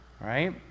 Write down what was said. Right